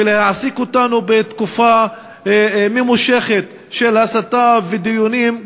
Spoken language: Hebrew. ולהעסיק אותנו תקופה ממושכת של הסתה ודיונים,